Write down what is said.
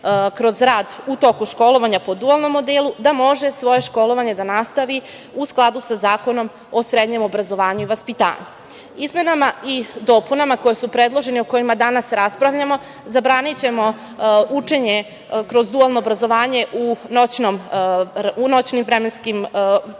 kroz rad u toku školovanja po dualnom modelu, da može svoje školovanje da nastavi u skladu sa Zakonom o srednjem obrazovanju i vaspitanju. Izmenama i dopunama koje su predložene, o kojima danas raspravljamo, zabranićemo učenje kroz dualno obrazovanje u noćnom vremenskom periodu,